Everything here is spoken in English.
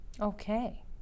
Okay